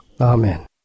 Amen